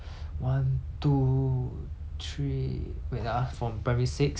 wait ah from primary six sec one sec two until sec two